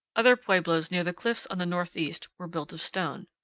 other pueblos near the cliffs on the northeast were built of stone.